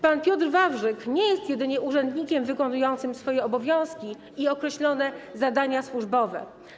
Pan Piotr Wawrzyk nie jest jedynie urzędnikiem wykonującym swoje obowiązki i określone zadania służbowe.